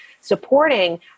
supporting